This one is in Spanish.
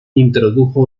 introdujo